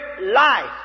life